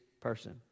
person